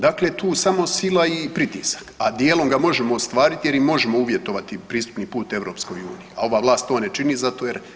Dakle, tu samo sila i pritisak, a dijelom ga možemo ostvariti jer im možemo uvjetovati pristupni put EU, a ova vlast to ne čini zato jer